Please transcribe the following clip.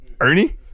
Ernie